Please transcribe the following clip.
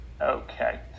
okay